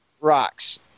rocks